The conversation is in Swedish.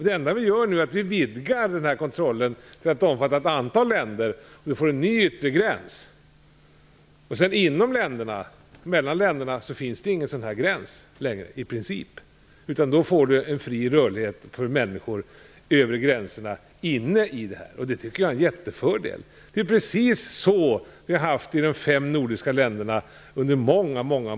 Det enda vi gör är att vi vidgar denna kontroll till att omfatta ett antal nya länder. Vi får en ny yttre gräns. Men mellan länderna finns i princip ingen gräns längre, utan det är fri rörlighet för människor över gränserna inne i området. Det tycker jag är en jättefördel. Det är precis så vi har haft i de fem nordiska länderna under många år.